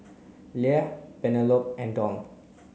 Leah Penelope and Doll